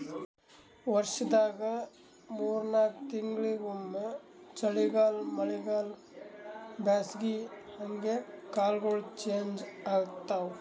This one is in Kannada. ವರ್ಷದಾಗ್ ಮೂರ್ ನಾಕ್ ತಿಂಗಳಿಂಗ್ ಒಮ್ಮ್ ಚಳಿಗಾಲ್ ಮಳಿಗಾಳ್ ಬ್ಯಾಸಗಿ ಹಂಗೆ ಕಾಲ್ಗೊಳ್ ಚೇಂಜ್ ಆತವ್